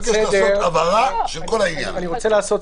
אני מבקש לעשות הבהרה של כל העניין הזה.